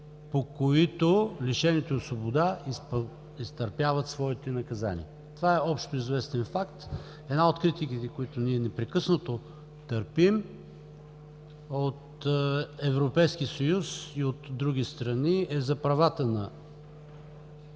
по които лишените от свобода изтърпяват своите наказания. Това е общоизвестен факт. Една от критиките, които ние непрекъснато търпим от Европейския съюз и от други страни, е за правата на